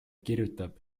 kirjutab